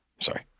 Sorry